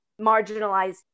marginalized